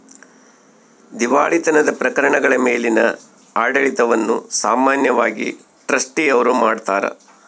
ದಿವಾಳಿತನದ ಪ್ರಕರಣಗಳ ಮೇಲಿನ ಆಡಳಿತವನ್ನು ಸಾಮಾನ್ಯವಾಗಿ ಟ್ರಸ್ಟಿ ಅವ್ರು ಮಾಡ್ತಾರ